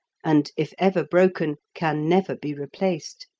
and, if ever broken, can never be replaced.